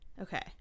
okay